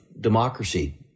democracy